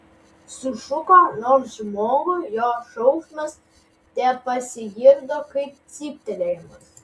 sušuko nors žmogui jo šauksmas tepasigirdo kaip cyptelėjimas